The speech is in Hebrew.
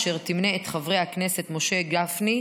אשר תמנה את חברי הכנסת משה גפני,